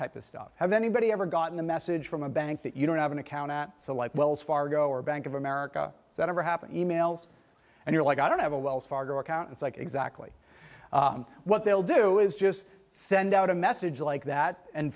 type of stuff has anybody ever gotten a message from a bank that you don't have an account to like wells fargo or bank of america that ever happened e mails and you're like i don't have a wells fargo account it's like exactly what they'll do is just send out a message like that and